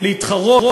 כן, אבל עם "חמאס" לא.